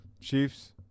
Chiefs